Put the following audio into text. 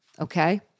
okay